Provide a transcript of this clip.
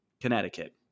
Connecticut